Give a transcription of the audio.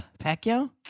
Pacquiao